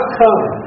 come